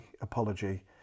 apology